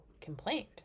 complained